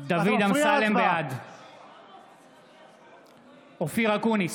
אמסלם, בעד אופיר אקוניס,